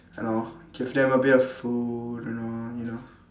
you know give them a bit of food you know you know